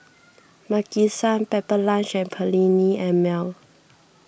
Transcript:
Maki San Pepper Lunch and Perllini and Mel